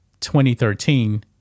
2013